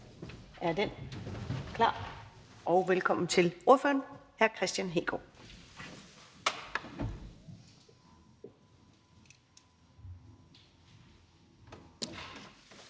hermed klar, og velkommen til ordføreren, hr. Kristian Hegaard.